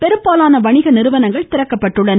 பெரும்பாலான வணிக நிறுவனங்கள் திறக்கப்பட்டுள்ளன